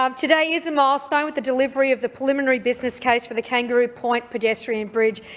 um today is a milestone, with the delivery of the preliminary business case for the kangaroo point pedestrian bridge.